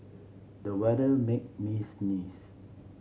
the weather made me sneeze